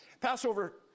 Passover